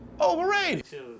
overrated